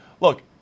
look